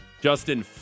Justin